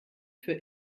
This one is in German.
für